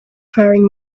faring